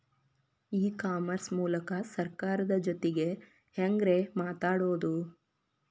E commerce ಮೂಲಕ ಸರ್ಕಾರದ ಜೊತಿಗೆ ಹ್ಯಾಂಗ್ ರೇ ಮಾತಾಡೋದು?